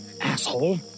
Asshole